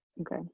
Okay